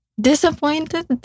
disappointed